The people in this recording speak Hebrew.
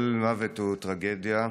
כל מוות הוא טרגדיה,